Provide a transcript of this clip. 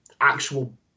actual